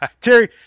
Terry